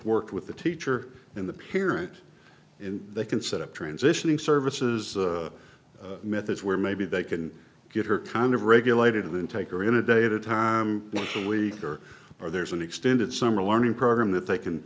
worked with the teacher in the parent and they can set up transitioning services methods where maybe they can get her kind of regulated intake or in a day at a time next week or or there's an extended summer learning program that they can